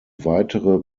weitere